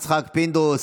חבר הכנסת יצחק פינדרוס,